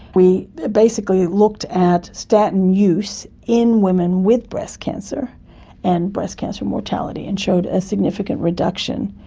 we basically looked at statin use in women with breast cancer and breast cancer mortality and showed a significant reduction.